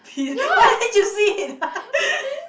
ya